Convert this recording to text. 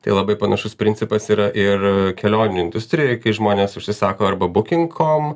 tai labai panašus principas yra ir kelionių industrijoj kai žmonės užsisako arba booking com